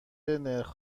نرخ